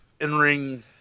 in-ring